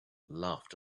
laughed